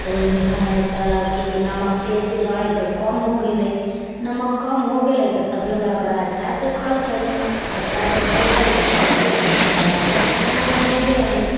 की ओहिमे हइ तऽ नमक तेज रहै तऽ ओ कम हो गेलै नमक कम हो गेलै तऽ सब ओकरा बड़ा अच्छासँ खेलकै अच्छासँ खेलकै तऽ कहलकै कि हँ बड़ा अच्छासँ खाना बनेले हइ